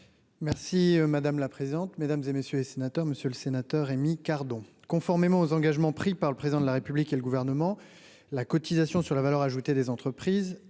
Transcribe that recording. Merci madame la présidente, mesdames et messieurs les sénateurs, monsieur le sénateur, Rémy Cardon, conformément aux engagements pris par le président de la République et le gouvernement, la cotisation sur la valeur ajoutée des entreprises